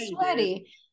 sweaty